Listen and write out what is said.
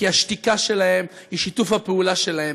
כי השתיקה שלהם היא שיתוף הפעולה שלהם.